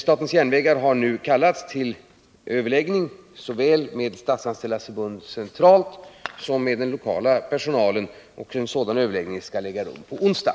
SJ har nu kallat till överläggning såväl med Statsanställdas förbund centralt som med den lokala personalen. En sådan överläggning skall äga rum på onsdag.